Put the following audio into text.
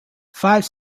five